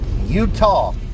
Utah